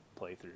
playthrough